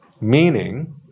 Meaning